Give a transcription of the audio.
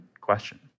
question